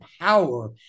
power